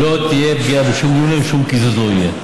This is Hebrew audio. לא תהיה פגיעה בשום גמלאי ושום קיזוז לא יהיה.